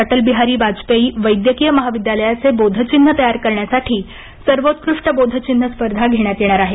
अटलबिहारी वाजपेयी वैद्यकीय महाविद्यालयाचे बोधचिन्ह तयार करण्यासाठी सर्वोत्कृष्ट बोधचिन्ह स्पर्धा घेण्यात येणार आहे